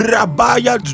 Rabaya